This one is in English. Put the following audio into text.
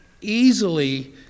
easily